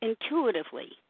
intuitively